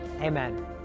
Amen